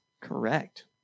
Correct